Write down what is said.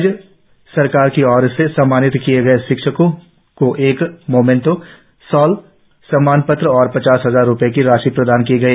राज्य सरकार की ओर से सम्मानित किए गए शिक्षको को एक मोमेंटी शॉल सम्मान पत्र और पच्चीस हजार रुपये की राशि प्रदान की गई